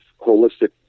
holistic